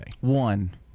One